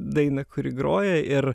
dainą kuri groja ir